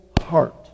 heart